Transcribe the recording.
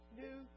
new